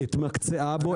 התמקצעה בו,